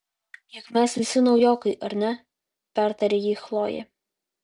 juk mes visi naujokai ar ne pertarė jį chlojė